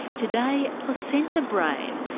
today placenta brain,